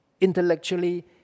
intellectually